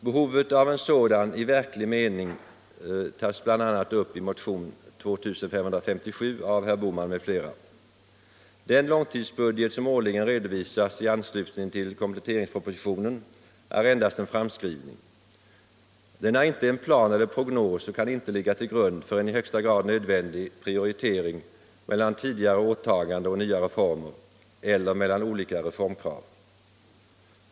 Behovet av en sådan i verklig mening tas bl.a. upp i motionen 2557 av herr Bohman m.fl. Den långtidsbudget som årligen redovisas i anslutning till kompletteringspropositionen är endast en framskrivning. Den är inte en plan eller prognos och kan inte ligga till grund för en i högsta grad nödvändig prioritering mellan tidigare åtaganden och nya reformer eller mellan olika reformkrav.